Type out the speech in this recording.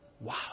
Wow